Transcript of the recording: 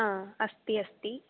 हा अस्ति अस्ति